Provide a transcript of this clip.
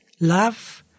love